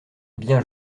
bien